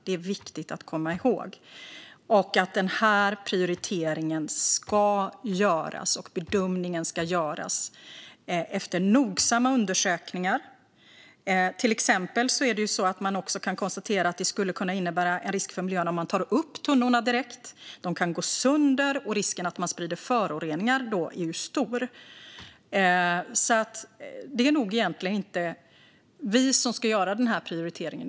Det är viktigt att komma ihåg, liksom att prioriteringen och bedömningen ska göras efter nogsamma undersökningar. Till exempel skulle det kunna innebära en risk för miljön att ta upp tunnorna direkt. De kan gå sönder, och risken att man då sprider föroreningar är stor. Det är nog egentligen inte vi som ska göra den här prioriteringen.